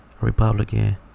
Republican